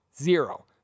Zero